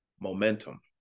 momentum